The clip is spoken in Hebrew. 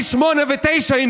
בני שמונה ותשע,